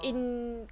orh